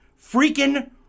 Freaking